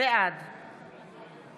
בעד